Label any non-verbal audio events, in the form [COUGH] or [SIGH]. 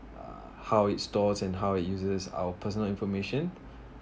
uh how it stores and how it uses our personal information [BREATH]